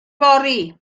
fory